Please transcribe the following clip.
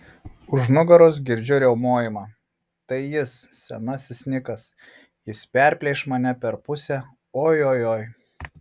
už nugaros girdžiu riaumojimą tai jis senasis nikas jis perplėš mane per pusę oi oi oi